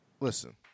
Listen